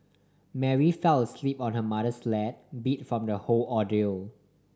Mary fell asleep on her mother's lap beat from the whole ordeal